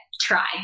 try